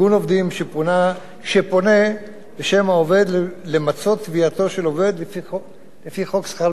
שפונה בשם העובד למצות תביעתו של עובד לפי חוק שכר מינימום.